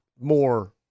more